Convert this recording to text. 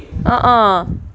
a'ah